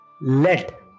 let